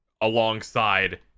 alongside